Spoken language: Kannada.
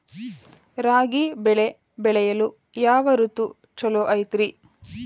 ರಾಗಿ ಬೆಳೆ ಬೆಳೆಯಲು ಯಾವ ಋತು ಛಲೋ ಐತ್ರಿ?